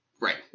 right